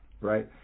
right